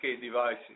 devices